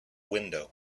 window